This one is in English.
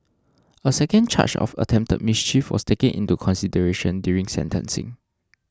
a second charge of attempted mischief was taken into consideration during sentencing